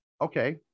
Okay